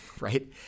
Right